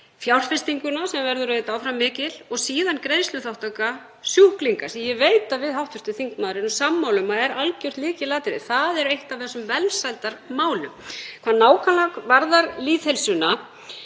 fjárfestingu sem verður auðvitað áfram mikil og síðan greiðsluþátttöku sjúklinga sem ég veit að við hv. þingmaður erum sammála um að er algjört lykilatriði. Það er eitt af þessum velsældarmálum. Hvað lýðheilsuna varðar veit